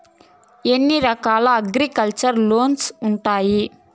ఎన్ని రకాల agriculture loans ఉండాయి